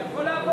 אני יכול לעבור?